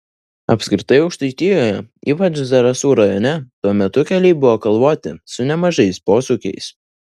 apskritai aukštaitijoje ypač zarasų rajone tuo metu keliai buvo kalvoti su nemažais posūkiais